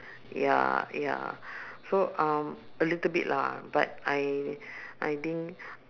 ya ya so um a little bit lah but I I didn't